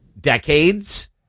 decades